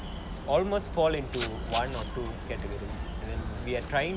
almost fall into one or two category and then we are trying